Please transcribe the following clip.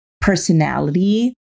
personality